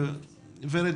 ורד